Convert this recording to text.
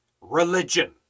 religion